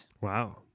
Wow